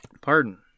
pardon